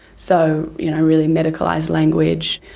so really medicalised language,